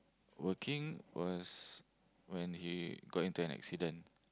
working was when he got into an accident